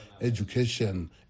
education